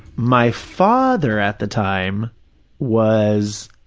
my father at the time was,